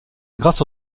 grâce